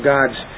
God's